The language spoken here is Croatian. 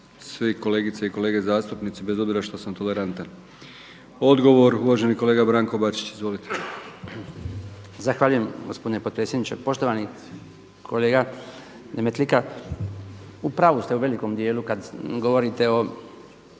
svi kolegice i kolege zastupnici bez obzira što sam tolerantan. Odgovor uvaženi kolega Branko Bačić. Izvolite! **Bačić, Branko (HDZ)** Zahvaljujem, gospodine potpredsjedniče. Poštovani kolega Demetlika, u pravu ste u velikom dijelu kad govorite o